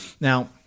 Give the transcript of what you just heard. Now